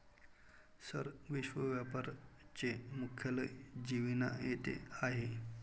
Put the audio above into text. sir, विश्व व्यापार चे मुख्यालय जिनिव्हा येथे आहे